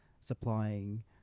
supplying